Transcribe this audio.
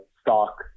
stock